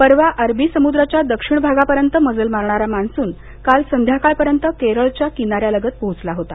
परवा अरबी समुद्राच्या दक्षिण भागापर्यंत मजल मारणारा मान्सून काल संध्याकाळपर्यंत केरळच्या किनाऱ्यालगत पोहोचला होता